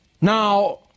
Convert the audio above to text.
Now